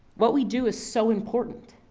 what we do is so important.